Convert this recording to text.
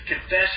Confess